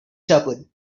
shepherd